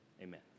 Amen